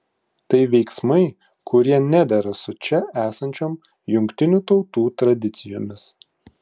tai veiksmai kurie nedera su čia esančiom jungtinių tautų tradicijomis